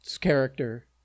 character